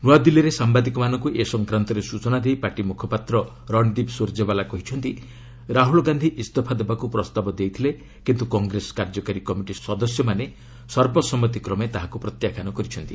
ନୂଆଦିଲ୍ଲୀରେ ସାମ୍ବାଦିକମାନଙ୍କୁ ଏ ସଂକ୍ରାନ୍ତରେ ସୂଚନା ଦେଇ ପାର୍ଟି ମୁଖପାତ୍ର ରଣଦୀପ ସୁରଜେୱାଲା କହିଛନ୍ତି ରାହୁଲ ଗାନ୍ଧି ଇସ୍ତଫା ଦେବାକୁ ପ୍ରସ୍ତାବ ଦେଇଥିଲେ କିନ୍ତୁ କଂଗ୍ରେସ କାର୍ଯ୍ୟକାରୀ କମିଟି ସଦସ୍ୟମାନେ ସର୍ବସମ୍ମତି କ୍ରମେ ତାହାକୁ ପ୍ରତ୍ୟାଖ୍ୟାନ କରିଛନ୍ତି